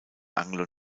anglo